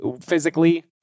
physically